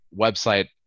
website